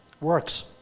works